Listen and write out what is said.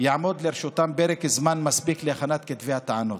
יעמוד לרשותם פרק זמן מספיק להכנת כתבי הטענות.